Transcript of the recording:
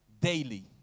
daily